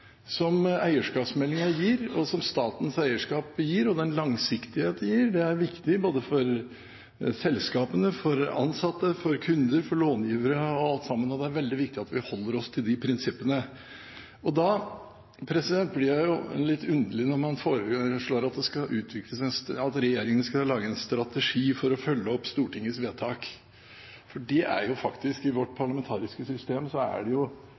som eierskapsmeldingen gir, og som statens eierskap gir, og den langsiktighet det gir, er viktig, både for selskapene, for ansatte, for kunder, for långivere, for alt, og det er veldig viktig at vi holder oss til de prinsippene. Da blir det litt underlig at man foreslår at regjeringen skal lage en strategi for å følge opp Stortingets vedtak, for i vårt parlamentariske system er dette faktisk regjeringens oppgave. Det er Stortinget som vedtar, og så er det